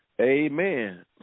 amen